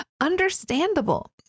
Understandable